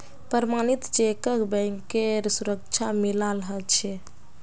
प्रमणित चेकक बैंकेर सुरक्षा मिलाल ह छे